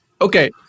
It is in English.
Okay